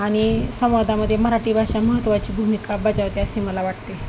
आणि समाजामध्ये मराठी भाषा महत्त्वाची भूमिका बजावते असं मला वाटते